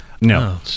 No